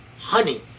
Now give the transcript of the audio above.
honey